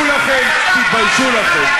תתביישו לכם.